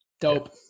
Dope